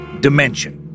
dimension